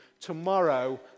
tomorrow